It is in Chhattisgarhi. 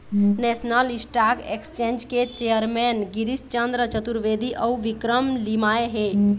नेशनल स्टॉक एक्सचेंज के चेयरमेन गिरीस चंद्र चतुर्वेदी अउ विक्रम लिमाय हे